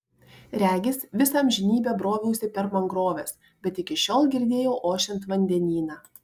regis visą amžinybę broviausi per mangroves bet iki šiol girdėjau ošiant vandenyną